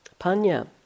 Panya